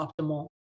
optimal